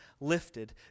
lifted